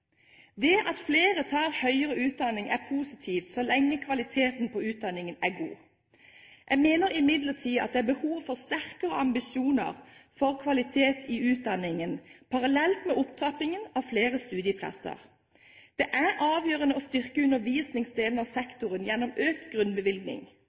Det at flere tar høyere utdanning, er positivt så lenge kvaliteten på utdanningen er god. Jeg mener imidlertid at det er behov for sterkere ambisjoner for kvalitet i utdanningen, parallelt med opptrappingen av flere studieplasser. Det er avgjørende å styrke undervisningsdelen av